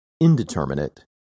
indeterminate